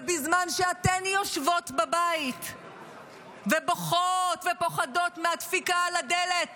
ובזמן שאתן יושבות בבית ובוכות ופוחדות מהדפיקה על הדלת